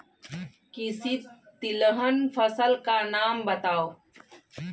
किसी तिलहन फसल का नाम बताओ